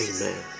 Amen